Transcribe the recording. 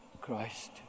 Christ